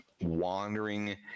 wandering